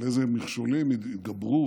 על איזה מכשולים התגברו,